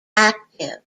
active